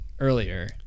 earlier